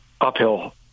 uphill